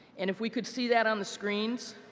and if we could see that on the screens.